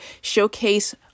showcase